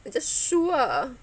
you just shoo ah